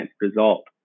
result